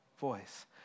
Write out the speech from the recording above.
voice